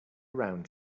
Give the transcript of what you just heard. around